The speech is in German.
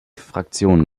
fraktionen